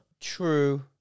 True